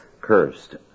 cursed